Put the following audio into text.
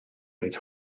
oedd